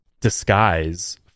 disguise